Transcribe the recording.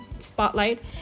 spotlight